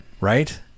Right